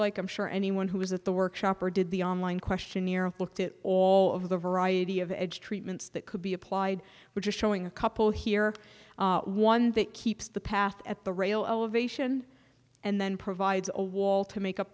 like i'm sure anyone who is at the workshop or did the online questionnaire looked at all of the variety of edge treatments that could be applied which is showing a couple here one that keeps the path at the rail elevation and then provides a wall to make up